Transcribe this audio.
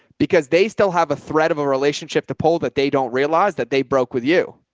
because they still have a thread of a relationship to pull that they don't realize that they broke with you.